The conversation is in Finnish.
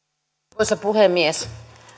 arvoisa puhemies